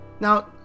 Now